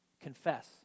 Confess